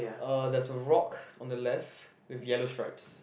uh there's a rock on the left with yellow stripes